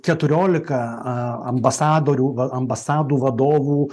keturiolika ambasadorių ambasadų vadovų